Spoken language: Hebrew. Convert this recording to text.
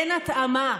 אין התאמה.